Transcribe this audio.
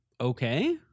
okay